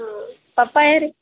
ಹಾಂ ಪಪ್ಪಾಯ ರೀ